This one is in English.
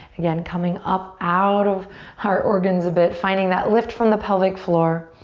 again, coming up out of our organs a bit, finding that left from the pelvic floor.